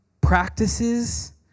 practices